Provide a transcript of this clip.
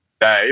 day